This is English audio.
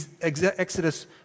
Exodus